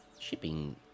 shipping